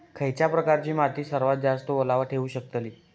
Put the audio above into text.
खयच्या प्रकारची माती सर्वात जास्त ओलावा ठेवू शकतली?